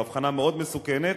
זו הבחנה מאוד מסוכנת,